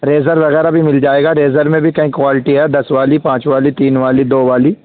razor وغیرہ بھی مل جائے گا زیرر میں بھی کئی کوالٹی ہے دس والی پانچ والی تین والی دو والی